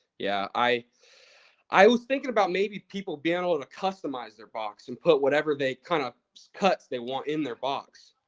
yeah. i i was thinking about maybe people being able to customize their box, and put whatever they kind of cuts they want in their box.